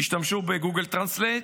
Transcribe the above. תשתמשו בגוגל טרנסלייט,